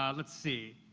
um let's see.